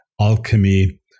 alchemy